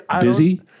busy